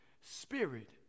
Spirit